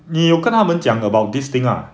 你有跟他们讲 about this thing ah